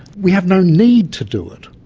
we have no need to do it.